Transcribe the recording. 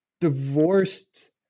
divorced